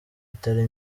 itari